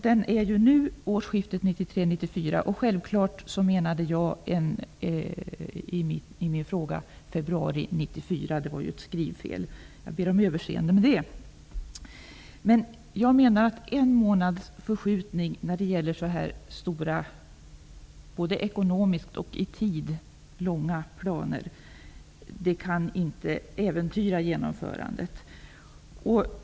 Den är nu årsskiftet 1993/94. Självfallet menade jag i min fråga februari 1994 -- det var ett skrivfel, och jag ber om överseende med det. En månads förskjutning när det gäller så här stora, både ekonomiskt och i tid, planer kan väl inte äventyra genomförandet.